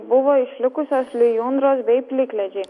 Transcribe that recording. buvo išlikusios lijundros bei plikledžiai